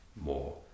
more